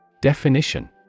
Definition